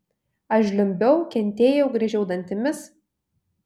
aš žliumbiau kentėjau griežiau dantimis